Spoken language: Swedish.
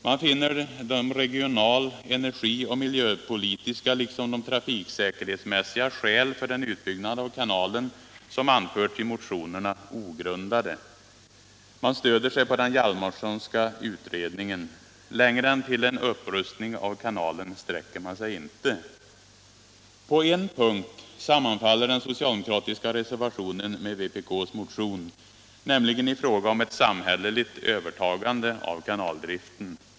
Man finner de regional-, energi och miljöpolitiska liksom de trafiksäkerhetsmässiga skäl för en utbyggnad av kanalen som anförts i motionerna ogrundade. Man stöder sig på den Hjalmarsonska utredningen. Längre än till en upprustning av kanalen sträcker man sig inte. På en punkt sammanfaller den socialdemokratiska reservationen med vpk:s motion, nämligen i fråga om ett samhälleligt övertagande av kanaldriften.